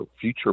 future